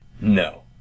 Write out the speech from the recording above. No